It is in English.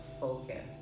focus